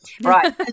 Right